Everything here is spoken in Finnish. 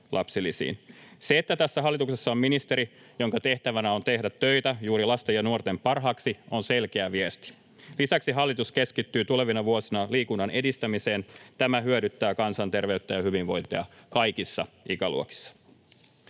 Se, että tässä hallituksessa on ministeri, jonka tehtävänä on tehdä töitä juuri lasten ja nuorten parhaaksi, on selkeä viesti. Lisäksi hallitus keskittyy tulevina vuosina liikunnan edistämiseen. Tämä hyödyttää kansanterveyttä ja hyvinvointia kaikissa ikäluokissa.